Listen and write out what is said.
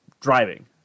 driving